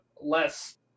less